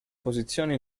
posizione